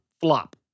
FLOP